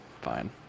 Fine